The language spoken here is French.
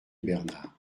bernard